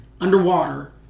underwater